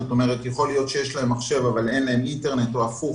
זאת אומרת יכול להיות שיש להם מחשב אבל אין להם אינטרנט או הפוך,